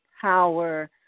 power